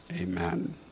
Amen